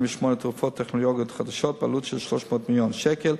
תרופות וטכנולוגיות חדשות בעלות של 300 מיליון שקל.